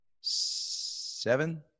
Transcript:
seven